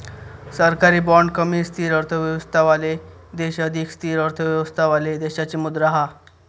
सरकारी बाँड कमी स्थिर अर्थव्यवस्थावाले देश अधिक स्थिर अर्थव्यवस्थावाले देशाची मुद्रा हा